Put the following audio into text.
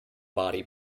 body